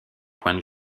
point